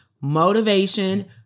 motivation